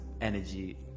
energy